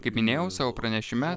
kaip minėjau savo pranešime